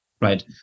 right